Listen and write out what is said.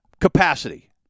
capacity